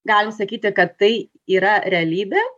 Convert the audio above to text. galim sakyti kad tai yra realybė